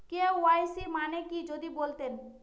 KYC মানে কি যদি বলতেন?